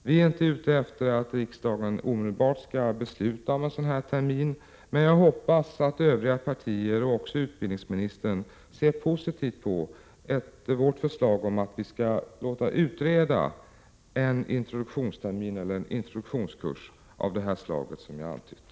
Vi är inte ute efter ett omedelbart beslut av riksdagen i denna fråga, men jag hoppas att övriga partier och också utbildningsministern ser positivt på vårt förslag om att låta utreda en introduktionstermin eller kurs av det slag som jag antytt.